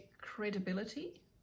credibility